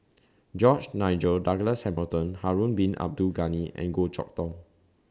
George Nigel Douglas Hamilton Harun Bin Abdul Ghani and Goh Chok Tong